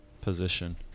Position